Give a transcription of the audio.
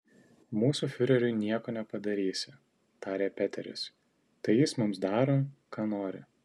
mūsų fiureriui nieko nepadarysi tarė peteris tai jis mums daro ką nori